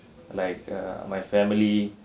like uh my family